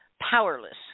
powerless